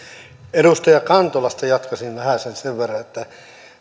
edustaja kantolalle jatkaisin vähäsen sen verran että